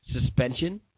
suspension